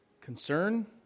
concern